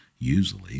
usually